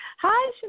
Hi